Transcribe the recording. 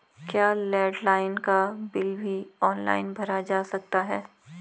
क्या लैंडलाइन का बिल भी ऑनलाइन भरा जा सकता है?